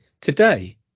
Today